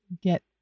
get